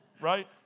Right